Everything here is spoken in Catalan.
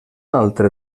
altre